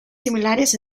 similares